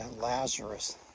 Lazarus